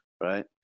Right